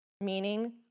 meaning